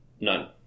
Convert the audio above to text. None